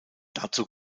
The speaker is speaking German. dazu